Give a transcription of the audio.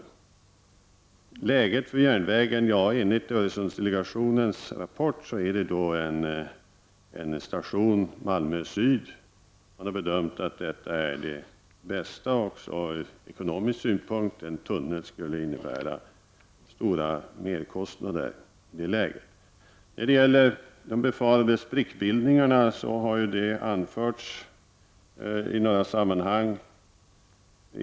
Han frågade bl.a. om järnvägens sträckning. Enligt Öresundsdelegationens rapport blir det i detta samman hang aktuellt med en station, Malmö Syd. Delegationen har bedömt att detta är det bästa också från ekonomisk synpunkt. En tunnel skulle i det läget innebära stora merkostnader. Det har i några sammanhang anförts att sprickbildningar kan befaras.